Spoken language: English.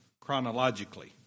chronologically